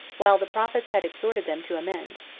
while the prophets had exhorted them to amend,